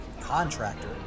contractor